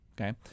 Okay